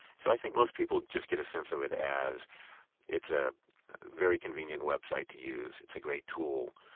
so i think most people just get a sense of it as it's a very convenient website to use, it's a great tool.